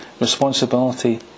responsibility